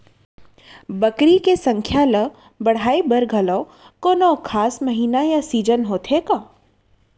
बकरी के संख्या ला बढ़ाए बर घलव कोनो खास महीना या सीजन होथे का?